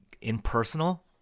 impersonal